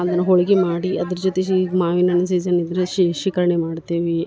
ಅದನ ಹೋಳ್ಗಿ ಮಾಡಿ ಅದ್ರ ಜೊತೆ ಶಿ ಈಗ ಮಾವಿನ ಹಣ್ಣು ಸೀಜನಿದ್ದರೆ ಶಿಕಂಡಿ ಮಾಡ್ತೀವಿ